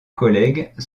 collègues